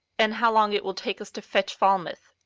and how long it will take us to fetch falmouth.